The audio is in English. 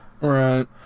Right